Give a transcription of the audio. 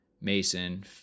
Mason